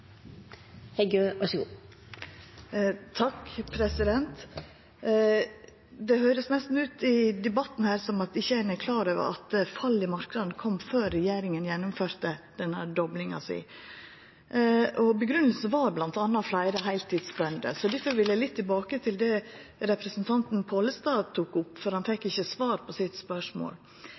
Det høyrest nesten ut – i debatten her – som at ein ikkje er klar over at fallet i marknaden kom før regjeringa gjennomførte doblinga si. Grunngjevinga var m.a. fleire heiltidsbønder. Difor vil eg litt tilbake til det representanten Pollestad tok opp, for han fekk ikkje svar på spørsmålet sitt.